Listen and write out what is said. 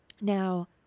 Now